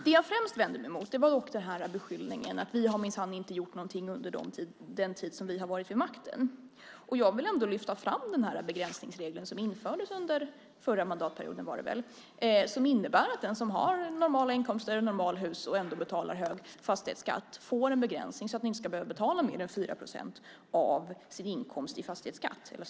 Det jag främst vände mig mot var beskyllningen att vi minsann inte har gjort någonting under den tid som vi har varit vid makten. Jag vill ändå lyfta fram begränsningsregeln som infördes under förra mandatperioden, var det väl, som innebär att den som har normala inkomster och ett normalt hus men ändå betalar hög fastighetsskatt får en begränsning så att vederbörande inte ska behöva betala mer än 4 procent av sin hushållsinkomst i fastighetsskatt.